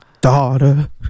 daughter